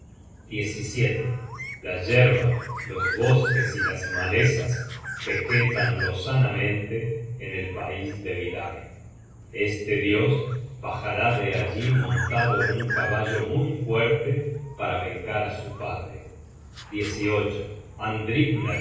elevado la yerba los bosques y las malezas vegetan lozanamente en el pais de vidarr este dios bajará de allí montado en un caballo muy fuerte para vengar á su padre